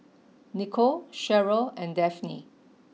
Nikko Sherryl and Daphne